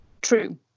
true